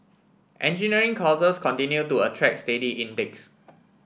engineering courses continue to attract steady intakes